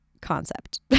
concept